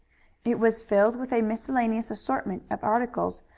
it was filled with a miscellaneous assortment of articles,